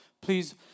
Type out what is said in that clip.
please